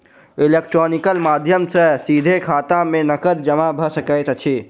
electronical माध्यम सॅ सीधे खाता में नकद जमा भ सकैत अछि